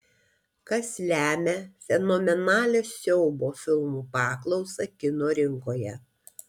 kas lemia fenomenalią siaubo filmų paklausą kino rinkoje